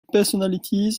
personalities